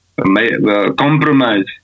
compromise